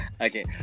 Okay